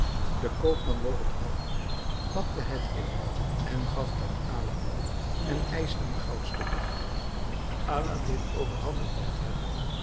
de koopman woog het af pakte het in en gaf het aan aladdin en eischte een goudstuk daarvoor aladdin overhandigde het hem